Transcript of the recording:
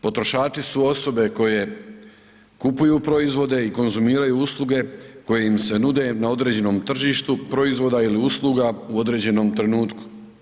Potrošači su osobe koje kupuju proizvode i konzumiraju usluge koje im se nude na određenom tržištu proizvoda ili usluga u određenom trenutku.